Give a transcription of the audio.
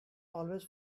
always